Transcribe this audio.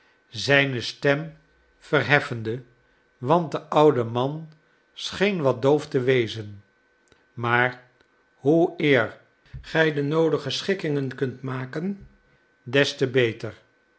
zijne stem verheffende want de oude man scheen wat doof te wezen maar hoe eer gij de noodige schikkingen kunt maken des te beter